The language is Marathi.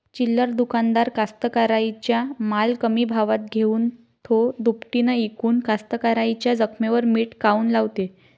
चिल्लर दुकानदार कास्तकाराइच्या माल कमी भावात घेऊन थो दुपटीनं इकून कास्तकाराइच्या जखमेवर मीठ काऊन लावते?